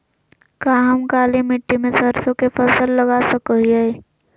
का हम काली मिट्टी में सरसों के फसल लगा सको हीयय?